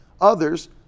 Others